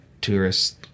tourists